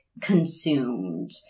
consumed